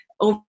over